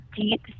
deep